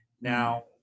now